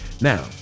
now